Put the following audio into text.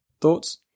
Thoughts